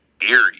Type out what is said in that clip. eerie